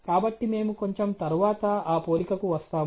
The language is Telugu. కాబట్టి మేము కొంచెం తరువాత ఆ పోలికకు వస్తాము